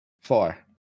four